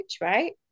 right